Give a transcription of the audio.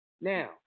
Now